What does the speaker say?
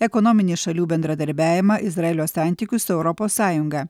ekonominį šalių bendradarbiavimą izraelio santykius su europos sąjunga